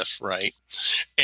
right